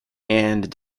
and